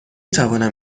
توانم